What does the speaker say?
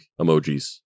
emojis